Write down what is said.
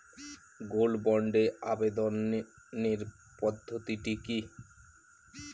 Gold বন্ডে আবেদনের পদ্ধতিটি কি?